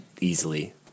easily